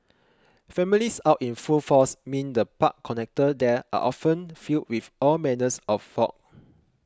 families out in full force mean the park connectors there are often filled with all manner of folk